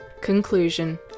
Conclusion